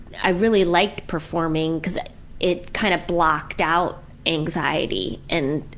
i really liked performing because it kind of blocked out anxiety and.